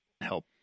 help